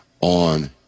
on